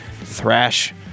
thrash